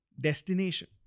destination